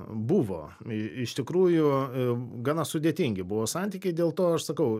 buvo iš tikrųjų gana sudėtingi buvo santykiai dėl to aš sakau